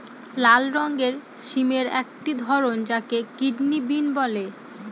লাল রঙের সিমের একটি ধরন যাকে কিডনি বিন বলে